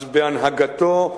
אז בהנהגתו,